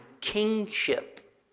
kingship